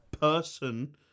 person